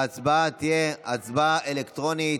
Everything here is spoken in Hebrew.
ההצבעה תהיה הצבעה אלקטרונית.